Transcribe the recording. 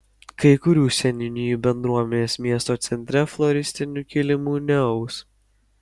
kai kurių seniūnijų bendruomenės miesto centre floristinių kilimų neaus